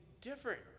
different